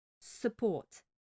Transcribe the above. support